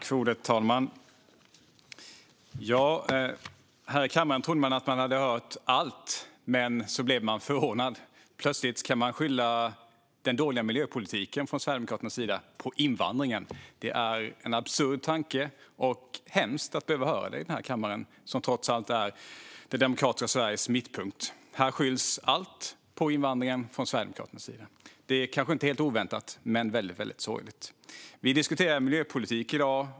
Fru talman! Jag trodde att jag hade hört allt här i kammaren, men jag blev förvånad. Plötsligt skyller Sverigedemokraterna den dåliga miljöpolitiken på invandringen. Det är en absurd tanke, och det är hemskt att behöva höra det i den här kammaren, som trots allt är det demokratiska Sveriges mittpunkt. Här skylls allt på invandringen från Sverigedemokraternas sida. Det är kanske inte helt oväntat men väldigt, väldigt sorgligt. Vi diskuterar miljöpolitik i dag.